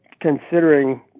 considering